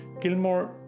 Gilmore